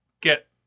get